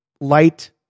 light